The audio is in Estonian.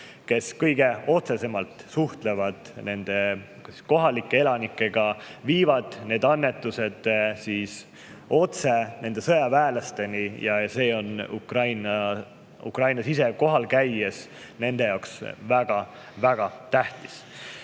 kes kõige otsesemalt suhtlevad kohalike elanikega ning viivad annetused otse sealsete sõjaväelasteni, ja see on Ukrainas ise kohal käies nende jaoks väga-väga tähtis.